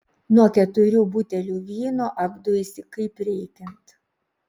nuo keturių butelių vyno apduisi kaip reikiant